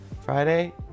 Friday